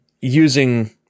using